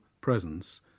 presence